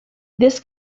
this